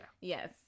Yes